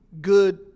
good